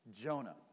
Jonah